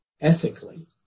ethically